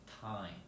time